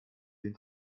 den